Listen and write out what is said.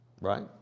Right